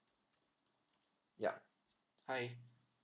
ya hi